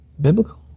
biblical